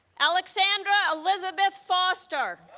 alexandra elizabeth foster